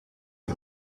las